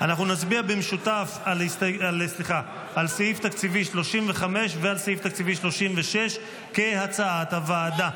אנחנו נצביע במשותף על סעיף תקציבי 35 ועל סעיף תקציבי 36 כהצעת הוועדה.